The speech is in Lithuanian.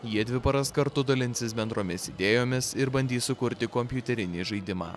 jie dvi paras kartu dalinsis bendromis idėjomis ir bandys sukurti kompiuterinį žaidimą